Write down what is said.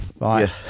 right